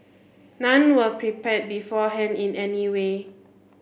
none were prepared beforehand in any way